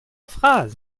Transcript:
phrase